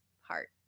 heart